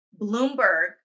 Bloomberg